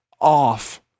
off